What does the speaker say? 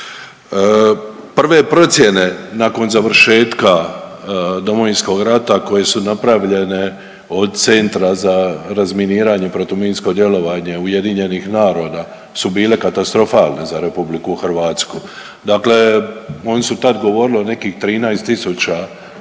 Prve procijene nakon završetka Domovinskog rata koje su napravljene od Centra za razminiranje i protuminsko djelovanje UN-a su bile katastrofalne za RH, dakle oni su tad govorili o nekih 13